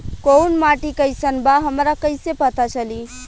कोउन माटी कई सन बा हमरा कई से पता चली?